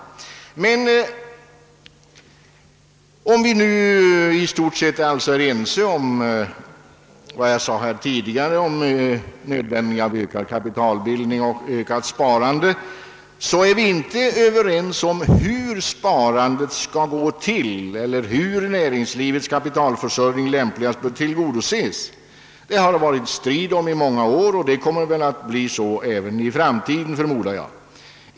Även om vi nu, som jag sade här tidigare, i stort sett är ense om nödvändigheten av ökad kapitalbildning och ökat sparande är vi inte överens om hur sparandet skall gå till eller hur näringslivets kapitalförsörjning lämpligast skall tillgodoses. Det har varit strid om den saken i många år, och det kommer att bli så även i framtiden, förmodar jag.